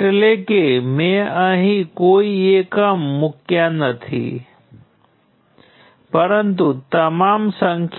અને તમે આ ચાર લાલ એન્ટ્રીઓ જુઓ ત્યાં તે પણ